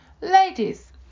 ladies